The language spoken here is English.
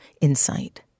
insight